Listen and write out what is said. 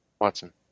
Watson